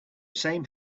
same